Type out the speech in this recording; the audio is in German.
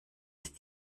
ist